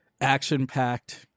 action-packed